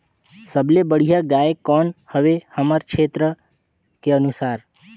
सबले बढ़िया गाय कौन हवे हमर क्षेत्र के अनुसार?